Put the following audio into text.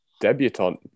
debutant